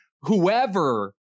whoever